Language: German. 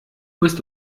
bist